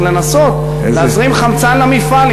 בצורך לנסות להזרים חמצן למפעל,